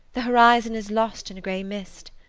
the horizon is lost in a grey mist.